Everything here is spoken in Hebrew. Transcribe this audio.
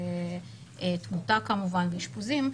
כמובן תמונה ואשפוזים.